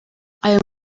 ayo